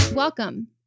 Welcome